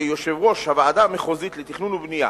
שיושב-ראש הוועדה המחוזית לתכנון ובנייה